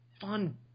fun